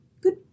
good